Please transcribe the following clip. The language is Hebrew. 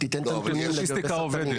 הסטטיסטיקה עובדת.